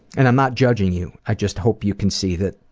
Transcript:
and i'm not judging you, i just hope you can see that,